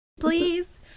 please